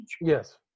Yes